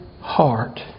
heart